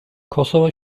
kosova